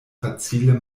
facile